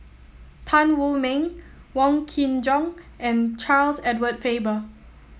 Tan Wu Meng Wong Kin Jong and Charles Edward Faber